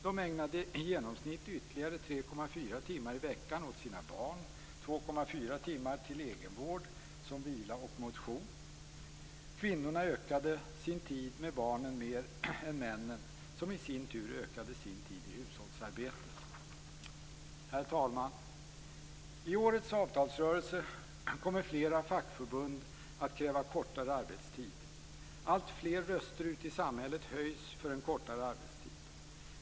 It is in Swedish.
De ägnade i genomsnitt ytterligare 3,4 timmar i veckan åt sina barn och använde 2,4 timmar mer till egenvård, som vila och motion. Kvinnorna ökade sin tid med barnen mer än männen, som i sin tur ökade sin tid i hushållsarbetet. Herr talman! I årets avtalsrörelse kommer flera fackförbund att kräva kortare arbetstid. Alltfler röster ute i samhället höjs för en kortare arbetstid.